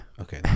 Okay